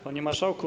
Panie Marszałku!